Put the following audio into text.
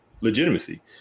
legitimacy